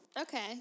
Okay